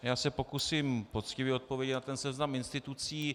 Já se pokusím poctivě odpovědět na ten seznam institucí.